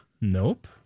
Nope